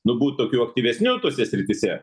nu būt tokiu aktyvesniu tose srityse